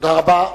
תודה רבה.